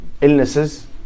illnesses